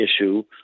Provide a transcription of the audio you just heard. issue